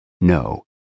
No